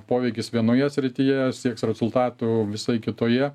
poveikis vienoje srityje sieks rezultatų visai kitoje